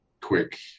quick